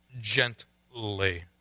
gently